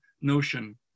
notion